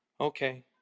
Okay